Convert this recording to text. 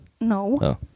No